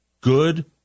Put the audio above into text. good